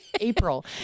April